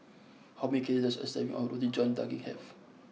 how many calories does a serving of Roti John Daging have